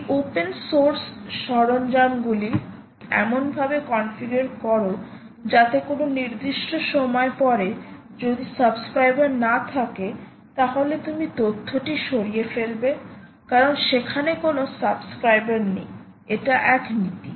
এই open source সরঞ্জামগুলি এমনভাবে কনফিগার করো যাতে কোনও নির্দিষ্ট সময় পরে যদি সাবস্ক্রাইবার না থাকে তাহলে তুমি তথ্যটি সরিয়ে ফেলবে কারণ সেখানে কোন সাবস্ক্রাইবার নেই এটা এক নীতি